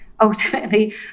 ultimately